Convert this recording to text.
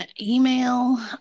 email